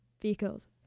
vehicles